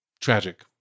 Tragic